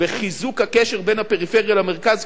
בחיזוק הקשר בין הפריפריה למרכז,